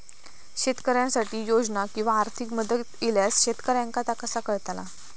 शेतकऱ्यांसाठी योजना किंवा आर्थिक मदत इल्यास शेतकऱ्यांका ता कसा कळतला?